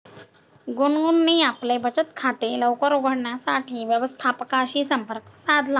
गुनगुनने आपले बचत खाते लवकर उघडण्यासाठी व्यवस्थापकाशी संपर्क साधला